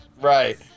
right